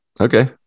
Okay